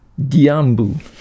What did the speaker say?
Diambu